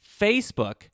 Facebook